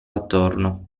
attorno